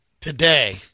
today